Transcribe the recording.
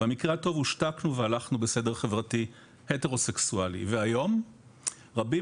במקרה הטוב הושתקנו והלכנו בסדר חברתי הטרו סקסואלי והיום רבים